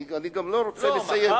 אני גם לא רוצה לסיים,